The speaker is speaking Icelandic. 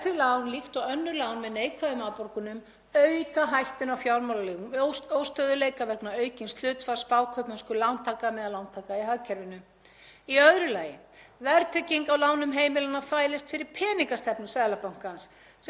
Í öðru lagi: Verðtrygging á lánum heimilanna þvælist fyrir peningastefnu Seðlabankans og kemur í veg fyrir að hún virki fljótt og vel á eftirspurn í hagkerfinu. Verðtrygging gerir þar með Seðlabankanum það erfiðara fyrir að ná verðbólgumarkmiði sínu.